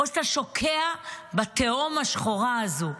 או שאתה שוקע בתהום השחורה הזו.